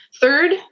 Third